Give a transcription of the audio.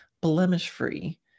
blemish-free